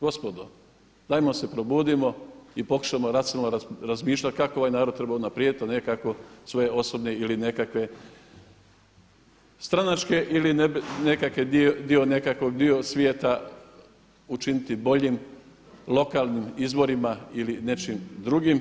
Gospodo, dajmo se probudimo i pokušamo racionalno razmišljati kako ovaj narod treba unaprijediti a ne kako svoje osobne ili nekakve stranačke ili nekakve, dio nekakvog, dio svijeta učiniti boljim, lokalnim izborima ili nečim drugim.